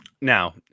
now